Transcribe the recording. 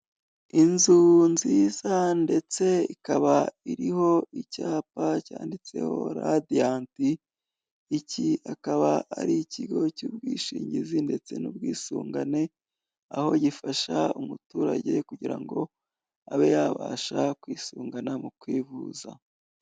Inzu nziza ndetse ikaba iriho icyapa cyanditseho Radiyanti, iki akaba ari ikigo cy'ubwishingizi ndetse n'ubwisungane, aho gifasha umuturage kugira ngo abe yabasha kwisungana mukwivuza.